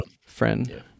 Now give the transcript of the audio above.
friend